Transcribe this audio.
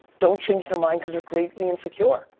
don't change their mind cause they're greatly insecure.